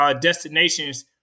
destinations